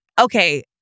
okay